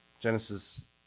Genesis